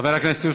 חבר הכנסת יוסף